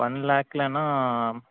one லேக்லன்னா